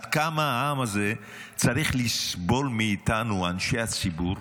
עד כמה העם הזה צריך לסבול מאיתנו, אנשי הציבור,